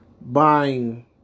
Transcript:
buying